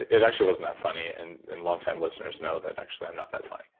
it actually wasn't that funny and and longtime listeners know that actually i'm not that funny.